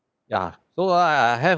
ya so ah I I have